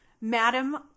Madam